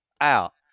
out